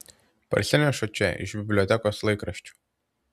parsinešu čia iš bibliotekos laikraščių